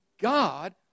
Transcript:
God